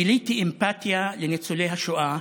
גיליתי אמפתיה לניצולי השואה,